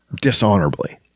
dishonorably